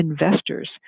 investors